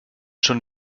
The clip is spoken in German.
schon